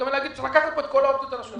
צריך לקחת פה את כל האופציות בחשבון.